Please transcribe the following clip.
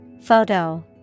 Photo